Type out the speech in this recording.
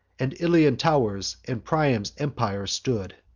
and ilian tow'rs and priam's empire stood.